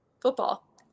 football